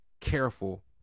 careful